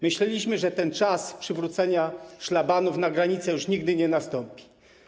Myśleliśmy, że ten czas przywrócenia szlabanów na granicę już nigdy nie nastąpi.